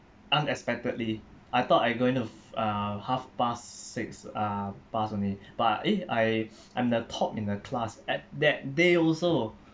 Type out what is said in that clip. unexpectedly I thought I'm going to uh half pass six uh pass only but eh I I'm the top in the class at that day also